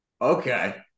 okay